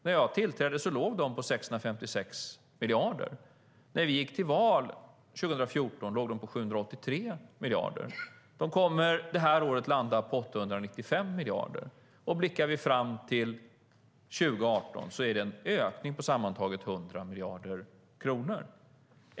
När jag tillträdde låg de på 656 miljarder. När vi gick till val 2014 låg de på 783 miljarder. De kommer det här året att landa på 895 miljarder. Om vi blickar fram till 2018 ser vi en ökning på sammantaget 100 miljarder kronor.